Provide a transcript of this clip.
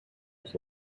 was